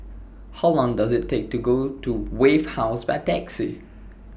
How Long Does IT Take to Go to Wave House By Taxi